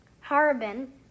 Harbin